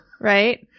Right